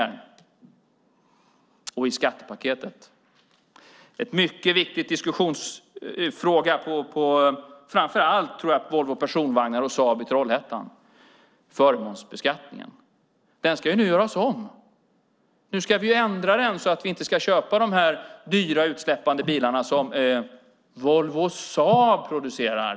När det gäller skattepaketet är en mycket viktig diskussionsfråga, framför allt på Volvo Personvagnar och Saab i Trollhättan tror jag, förmånsbeskattningen. Den ska nu göras om. Nu ska den ändras så att vi inte ska köpa de dyra bilarna med utsläpp som Volvo och Saab producerar.